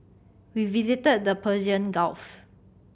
we visited the Persian Gulf